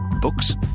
Books